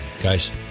Guys